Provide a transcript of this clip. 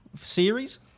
series